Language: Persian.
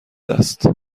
است